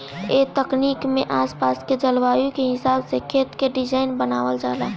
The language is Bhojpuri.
ए तकनीक में आस पास के जलवायु के हिसाब से खेत के डिज़ाइन बनावल जाला